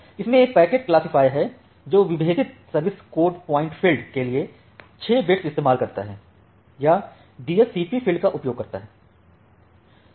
इसमें एक packet classify है जो विभेदित सर्विस कोट पॉइंट फ़ील्ड के लिए 6 बिट्स इस्तेमाल करता है या DSCP फ़ील्ड का उपयोग करता है